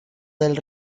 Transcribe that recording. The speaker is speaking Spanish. del